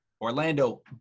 orlando